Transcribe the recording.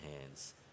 hands